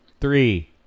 three